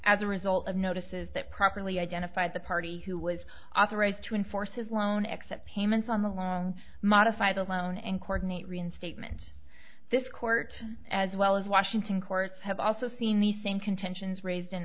as a result of notices that properly identified the party who was authorized to enforce his loan accept payments on the long modify the loan and coordinate reinstatement this court as well as washington courts have also seen the same contentions raised in